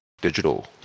digital